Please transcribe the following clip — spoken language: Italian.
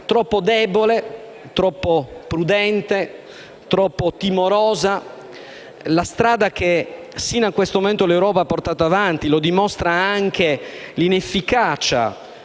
Troppo debole, troppo prudente e troppo timorosa è stata la strada che sino a questo momento l'Europa ha portato avanti. Lo dimostrano anche l'inefficacia